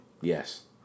Yes